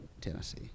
Tennessee